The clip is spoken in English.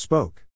Spoke